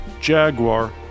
Jaguar